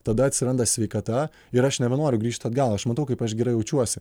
tada atsiranda sveikata ir aš nebenoriu grįžt atgal aš matau kaip aš gerai jaučiuosi